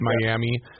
Miami